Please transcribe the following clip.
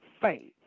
faith